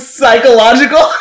psychological